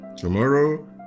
Tomorrow